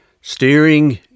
Steering